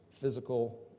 physical